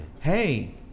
hey